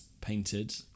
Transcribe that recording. painted